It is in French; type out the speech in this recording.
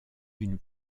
d’une